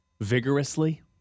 vigorously